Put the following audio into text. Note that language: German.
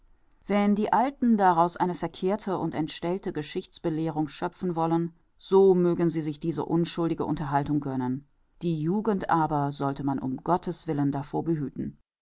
wenn die alten daraus eine verkehrte und entstellte geschichtsbelehrung schöpfen wollen so mögen sie sich diese unschuldige unterhaltung gönnen die jugend aber sollte man um gotteswillen davor behüten